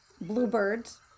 bluebirds